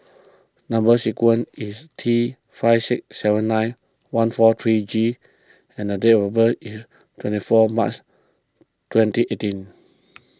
Number Sequence is T five six seven nine one four three G and the date of birth is twenty four March twenty eighteen